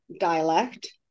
dialect